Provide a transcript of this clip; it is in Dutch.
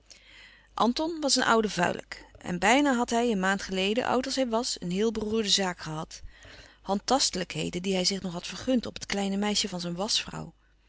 anton was een oude vuilik en bijna had hij een maand geleden oud als hij was een heel beroerde zaak gehad handtastelijkheden die hij zich nog had vergund op het kleine meisje van zijn